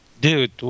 dude